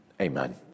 Amen